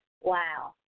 Wow